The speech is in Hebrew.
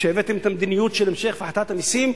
כשהבאתם את המדיניות של המשך הפחתת המסים,